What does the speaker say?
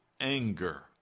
anger